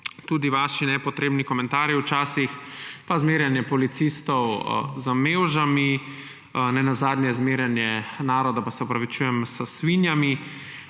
vaši včasih nepotrebni komentarji pa zmerjanje policistov z mevžami, ne nazadnje zmerjanje naroda, se opravičujem, s svinjami,